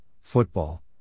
Football